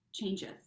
changes